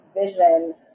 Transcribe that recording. vision